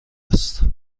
است